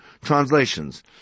translations